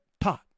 taught